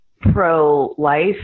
pro-life